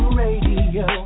radio